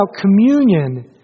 communion